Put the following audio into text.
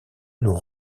nous